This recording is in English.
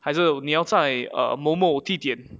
还是你要在某某地点